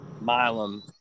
Milam